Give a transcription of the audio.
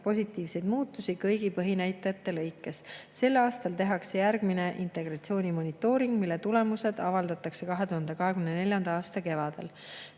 positiivseid muutusi kõigi põhinäitajate lõikes. Sel aastal tehakse järgmine integratsiooni monitooring, mille tulemused avaldatakse 2024. aasta kevadel.